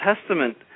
Testament